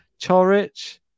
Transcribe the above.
chorich